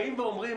באים ואומרים,